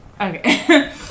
Okay